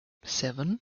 seven